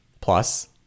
Plus